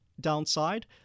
downside